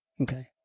Okay